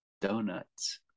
Donuts